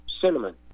cinnamon